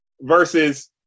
Versus